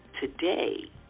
today